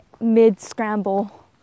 mid-scramble